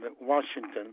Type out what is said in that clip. Washington